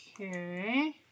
Okay